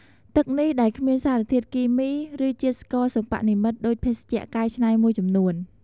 ទឹកនេះដែលគ្មានសារធាតុគីមី ឬជាតិស្ករសិប្បនិមិត្តដូចភេសជ្ជៈកែច្នៃមួយចំនួន។